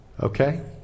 Okay